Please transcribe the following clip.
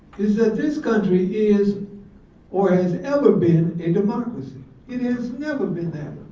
is that this country is or has ever been a democracy. it has never been that.